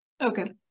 Okay